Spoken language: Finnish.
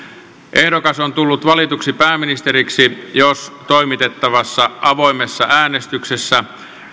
ehdokas on tullut valituksi pääministeriksi jos toimitettavassa avoimessa äänestyksessä